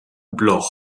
bloch